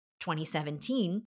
2017